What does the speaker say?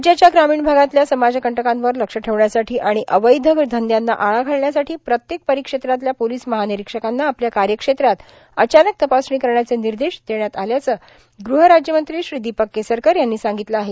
राज्याच्या ग्रामीण भागातल्या समाजकंटकांवर लक्ष ठेवण्यासाठां आर्माण अवैध धंदयांना आळा घालण्यासाठी प्रत्येक र्पारक्षेत्रातल्या पोलोस महार्गानरोक्षकांना आपल्या कायक्षेत्रात अचानक तपासणी करण्याचे र्निदश देण्यात आल्याचं गृह राज्यमंत्री श्री दर्दापक केसरकर यांनी सांगगतलं आहे